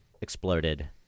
exploded